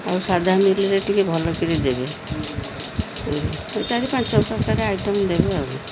ଆଉ ସାଧା ମିଲରେ ଟିକେ ଭଲକିରି ଦେବେ ଚାରି ପାଞ୍ଚ ପ୍ରକାର ଆଇଟମ୍ ଦେବେ ଆଉ